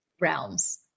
realms